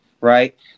right